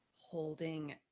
holding